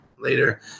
later